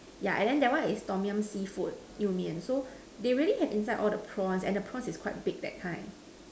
yeah and then that one is Tom-Yum seafood you-mian so they already have inside all the prawns and the prawns is quite big that kind